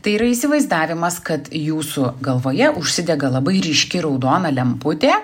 tai yra įsivaizdavimas kad jūsų galvoje užsidega labai ryški raudona lemputė